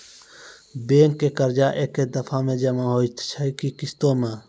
Bank के कर्जा ऐकै दफ़ा मे जमा होय छै कि किस्तो मे?